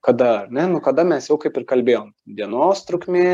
kada ar ne nu kada mes jau kaip ir kalbėjom dienos trukmė